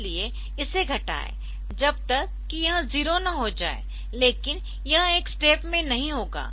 इसलिए इसे घटाएँ जब तक कि यह 0 न हो जाए लेकिन यह एक स्टेप में नहीं होगा